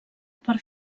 per